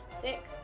sick